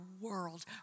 world